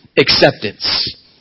Acceptance